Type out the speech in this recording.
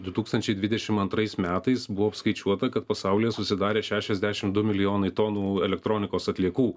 du tūkstančiai dvidešimt antrais metais buvo apskaičiuota kad pasaulyje susidarė šešiasdešimt du milijonai tonų elektronikos atliekų